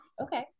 Okay